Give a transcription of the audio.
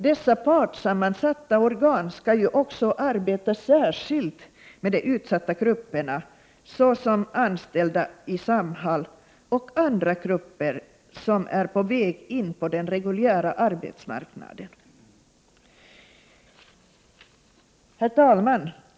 Dessa partssammansatta organ skall ju också arbeta särskilt med de utsatta grupperna, såsom anställda inom Samhall och andra grupper som är på väg in på den reguljära arbetsmarknaden. Herr talman!